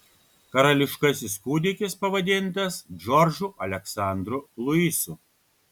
karališkasis kūdikis pavadintas džordžu aleksandru luisu